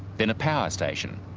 then a power station,